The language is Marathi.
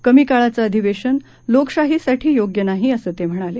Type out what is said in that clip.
कमी काळाचं अधिवेशन लोकशाहीसाठी योग्य नाही असं ते म्हणाले